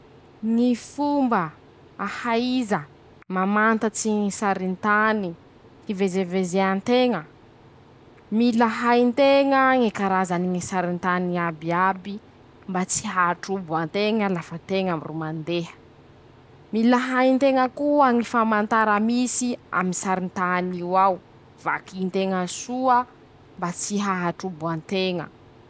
Ñy fomba ahaiza mamantatsy ñy sarin-tany, hivezevezea nteña: -Mila hay nteña ñy karazany ñy sarin-tany iabiaby, mba tsy ahatrobo anteña lafa teña ro mandeha. -Mila hain-teña koa ñy famantara misy aminy sarin-tan'io ao, vaky nteña soa mba tsy ahatrobo anteña.